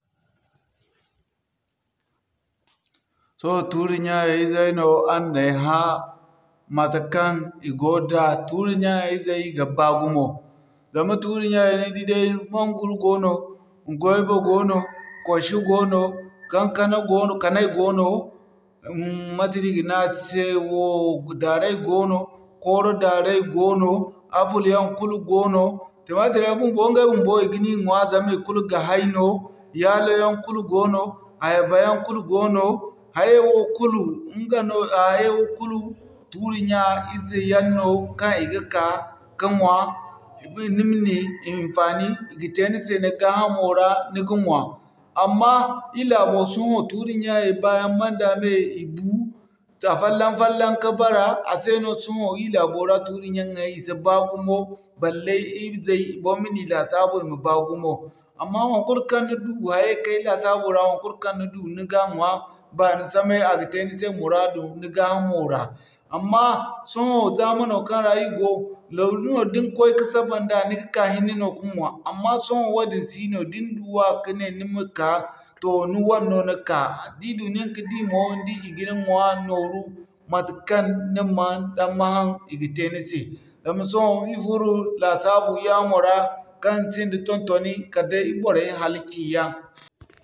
Sohõ tuuri ɲya izey no araŋ na ay hã matekaŋ i go da, tuuri ɲya izey i ga baa gumo zama tuuri ɲya ni di day Manguro goono, Goyba goono, kashu goono, Kankana goono, kanay goono, mate no i ga ne a se wo daaray goono, Kooro daaray goono, Abbul yaŋ kulu goono, Timatir yaŋ ɲgay bumbo i ga ni ɲwa zama i kulu ga hay no, Yalo yaŋ kulu goono, Ayaba yaŋ kulu goono, hayay wo kulu, ɲga no hayay wo kulu, tuuri ɲya ize yaŋ no, kaŋ i ga ka'ka ɲwa ni ma ni hinfaani i ga te ni se ni gaa hamo ra ni ga ɲwa. Amma ir laabo sohõ tuuri ɲyaŋey baa yaŋ mey-da-mey i bu, afallaŋ fallaŋ ka bara a se no sohõ ir laabo ra tuuri ɲyaŋey i si baa gumo balle izey bor ma ni laasabu i ma baa gumo. Amma won kulu kaŋ ni du hayay kaŋ ay laasabu ra won kulu kaŋ ni du ni ga ɲwa baani samay a ga te ni se muraadu ni gaa hamo ra. Amma sohõ zamano kaŋ ra ir go, da ni koy ka saba nda ni ga ka hinne no ka ɲwa. Amma sohõ wadin si no da ni du wa ka ne ni ma kaa toh ni wane no ni ka da i du nin ka di mo ni di i ga ni ɲwa nooru matekaŋ ni man tammahan i ga te ni se. Zama sohõ ir furo laasabu yamo ra, kaŋ sinda ton-toni kala day boray halci yaŋ.